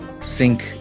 sink